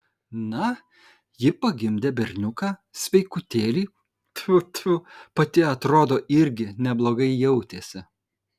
na ji pagimdė berniuką sveikutėlį tfu tfu pati atrodo irgi neblogai jautėsi